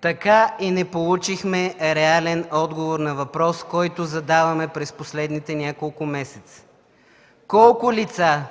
Така и не получихме реален отговор на въпрос, който задаваме през последните няколко месеца: колко лица